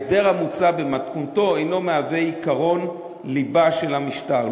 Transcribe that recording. ההסדר המוצע במתכונתו אינו מהווה עקרון ליבה של המשטר.